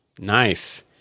Nice